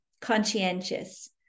conscientious